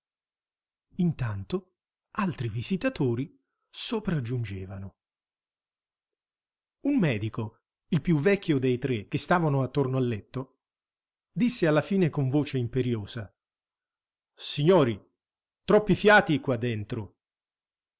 intanto altri visitatori sopraggiungevano un medico il più vecchio dei tre che stavano attorno al letto disse alla fine con voce imperiosa signori troppi fiati qua dentro